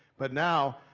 but now,